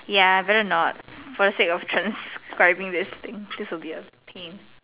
ya better not for the sake of transcribing this thing this will be a pain